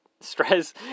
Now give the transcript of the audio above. stress